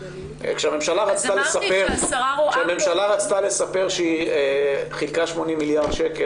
כשהממשלה רצתה לספר שהיא חילקה 80 מיליארד שקלים,